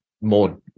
more